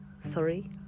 sorry